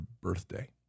birthday